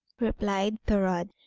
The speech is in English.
replied thorodd.